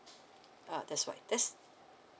uh that's right this